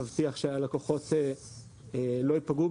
מבטיח שהלקוחות לא יפגעו,